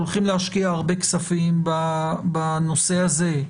הולכים להשקיע הרבה כספים בנושא הזה,